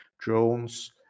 drones